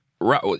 Right